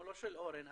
או לא של אורן,